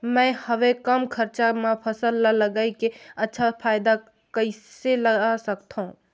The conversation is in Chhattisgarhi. मैं हवे कम खरचा मा फसल ला लगई के अच्छा फायदा कइसे ला सकथव?